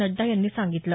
नड्डा यांनी सांगितलं